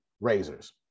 razors